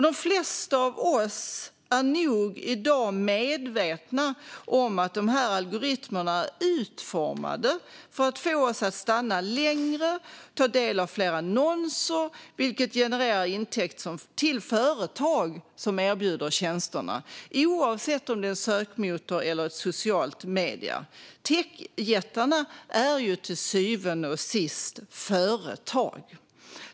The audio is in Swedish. De flesta av oss är nog i dag medvetna om att de här algoritmerna är utformade för att få oss att stanna längre och ta del av fler annonser, vilket genererar intäkter till de företag som erbjuder tjänsterna oavsett om det är en sökmotor eller en tjänst inom sociala medier. Techjättarna är till syvende och sist företag.